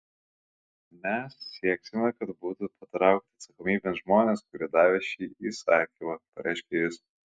mes sieksime kad būtų patraukti atsakomybėn žmonės kurie davė šį įsakymą pareiškė jis